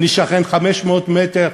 אני שכן, 500 מטר